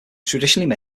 traditionally